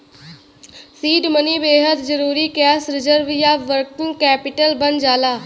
seed money बेहद जरुरी cash reserve या वर्किंग कैपिटल बन जाला